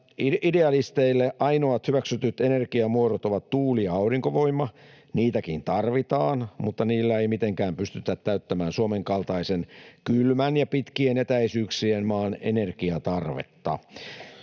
idealisteille ainoat hyväksytyt energiamuodot ovat tuuli- ja aurinkovoima. Niitäkin tarvitaan, mutta niillä ei mitenkään pystytä täyttämään Suomen kaltaisen kylmän ja pitkien etäisyyksien maan energiatarvetta.